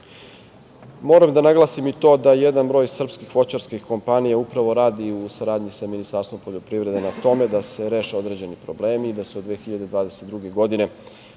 da naglasim i to da jedan broj srpskih voćarskih kompanija upravo radi u saradnji sa Ministarstvom poljoprivrede na tome da se reše određeni problemi, da se od 2022. godine,